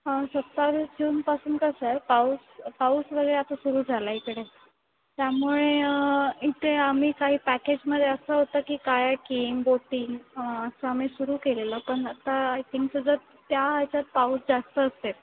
हा सत्तावीस जूनपासून कसं आहे पाऊस पाऊस वगैरे आता सुरू झाला आहे इकडे त्यामुळे इथे आम्ही काही पॅकेजमध्ये असं होतं की कायाकिंग बोटिंग असं आम्ही सुरू केलेलं पण आता आय थिंक जर जर त्या ह्याच्यात पाऊस जास्त असेल